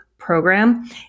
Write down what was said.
program